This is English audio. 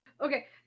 Okay